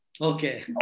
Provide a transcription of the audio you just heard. Okay